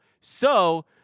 So-